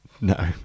No